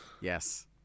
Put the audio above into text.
Yes